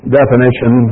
definition